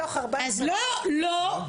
כמה מתוך ה- -- לא, לא.